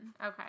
Okay